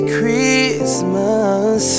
Christmas